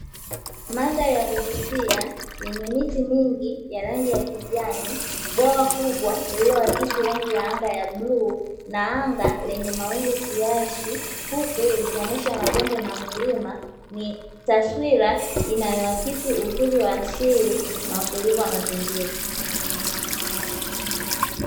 Mandhari ya kuvutia yenye miti mingi ya rangi ya kijani bwawa kubwa, lililoakisi rangi ya anga ya bluu na anga lenye mawingu kiasi, huku likionesha mabonde na milima, ni taswira inayoakisi uzuri wa asili na utulivu wa mazingira.